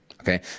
Okay